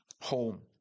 home